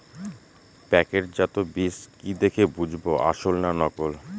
প্যাকেটজাত বীজ কি দেখে বুঝব আসল না নকল?